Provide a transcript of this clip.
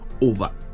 over